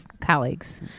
colleagues